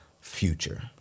future